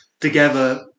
together